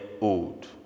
old